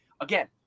Again